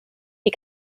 die